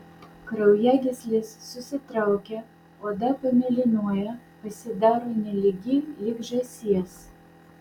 kraujagyslės susitraukia oda pamėlynuoja pasidaro nelygi lyg žąsies